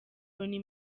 loni